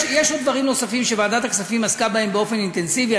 יש עוד דברים נוספים שוועדת הכספים עסקה בהם באופן אינטנסיבי,